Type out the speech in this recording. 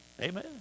Amen